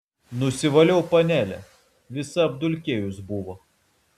nusivaliau panelę visa apdulkėjus buvo